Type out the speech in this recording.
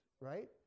right